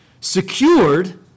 secured